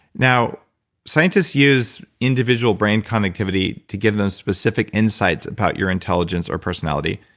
now scientists use individual brain connectivity to give them specific insights about your intelligence or personality